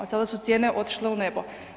Sada su cijene otišle u nebo.